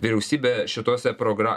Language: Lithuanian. vyriausybė šitose progra